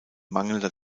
mangelnder